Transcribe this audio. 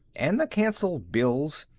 and the canceled bills,